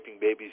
babies